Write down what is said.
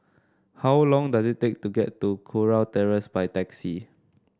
how long does it take to get to Kurau Terrace by taxi